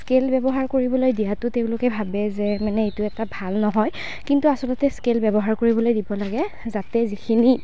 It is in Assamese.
স্কেল ব্যৱহাৰ কৰিবলৈ দিয়াতো তেওঁলোকে ভাবে যে মানে এইটো এটা ভাল নহয় কিন্তু আচলতে স্কেল ব্যৱহাৰ কৰিবলৈ দিব লাগে যাতে যিখিনি